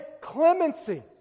clemency